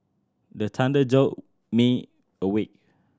the thunder jolt me awake